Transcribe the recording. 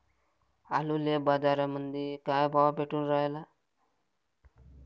आलूले बाजारामंदी काय भाव भेटून रायला?